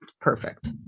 perfect